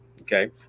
Okay